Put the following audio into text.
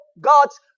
God's